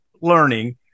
learning